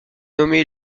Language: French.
nommé